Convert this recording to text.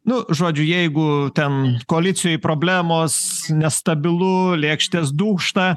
nu žodžiu jeigu ten koalicijoj problemos nestabilu lėkštės dūžta